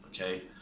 okay